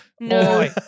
no